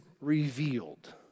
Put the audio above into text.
revealed